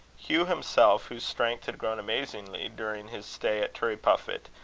hugh himself, whose strength had grown amazingly during his stay at turriepuffit,